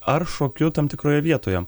ar šokiu tam tikroje vietoje